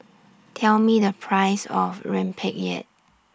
Tell Me The Price of Rempeyek